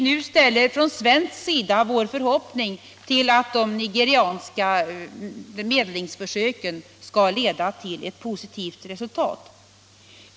Nu ställer vi från svensk sida vår förhoppning till att de nigerianska medlingsförsöken skall leda till ett positivt resultat.